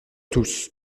tous